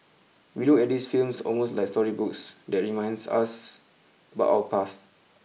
we look at these films almost like storybooks that reminds us about our past